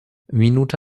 minute